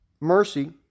mercy